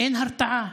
אין הרתעה.